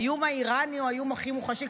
האיום האיראני הוא האיום הכי מוחשי.